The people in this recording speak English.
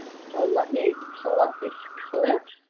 so let me pull up this clip.